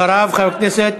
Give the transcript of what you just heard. אחריו, חבר הכנסת